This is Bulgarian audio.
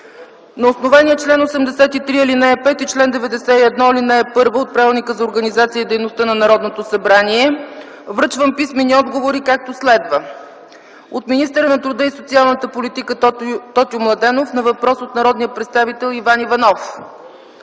На основание чл. 83, ал. 5 и чл. 91, ал. 1 от Правилника за организацията и дейността на Народното събрание връчвам писмени отговори, както следва: - от министъра на труда и социалната политика Тотю Младенов на въпрос от народния представител Иван Иванов;